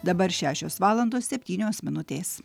dabar šešios valandos septynios minutės